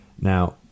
Now